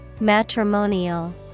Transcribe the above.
Matrimonial